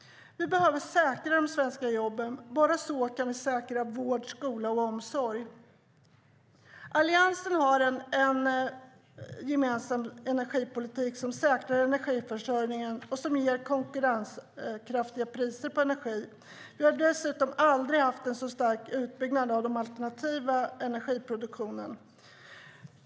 Vi behöver säkra de svenska jobben. Bara så kan vi säkra vård, skola och omsorg. Alliansen har en gemensam energipolitik som säkrar energiförsörjningen och ger konkurrenskraftiga priser på energi. Vi har dessutom aldrig haft en så stark utbyggnad av den alternativa energiproduktionen.